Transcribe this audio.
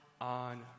on